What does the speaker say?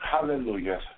Hallelujah